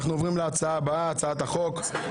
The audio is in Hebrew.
אגב, מה הצבעת על שמית אחת או